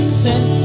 sent